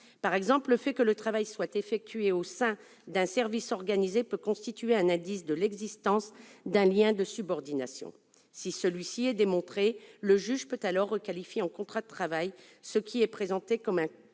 Par exemple, le fait que le travail soit effectué au sein d'un service organisé peut constituer un indice de l'existence d'un lien de subordination. Si celui-ci est démontré, le juge peut requalifier en contrat de travail ce qui était présenté comme un